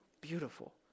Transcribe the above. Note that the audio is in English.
Beautiful